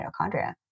Mitochondria